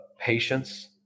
patience